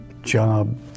Job